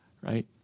right